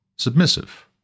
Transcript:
submissive